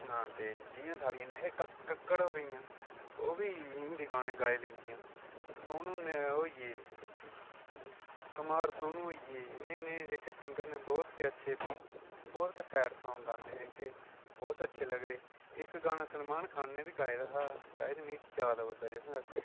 जि'यां साढी नेहा कक्कड़ होर होई गेइयां ओह् बी हिंदी गाने गाई लैंदियां सोनू ओह् होई गे कुमार सोनू होई गे नये नये जेह्के सिंगर न बहुत गै अच्छे न बहुत गै सैड साॅंग गांदे जेह्के बहुत अच्छे लगदे इक गाना सलमान खान ने बी गाये दा हा शायद मिगी याद आवा दा जिदर तकर